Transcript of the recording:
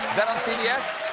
that on cbs?